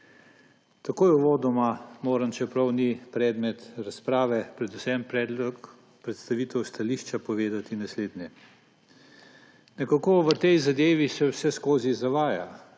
Takoj uvodoma moram, čeprav ni predmet razprave, predvsem predlog predstavitev stališča, povedati naslednje. Nekako v tej zadevi se vseskozi zavaja,